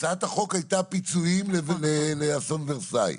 הצעת החוק הייתה פיצויים לאסון ורסאי.